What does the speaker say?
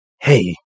hey